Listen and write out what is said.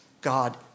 God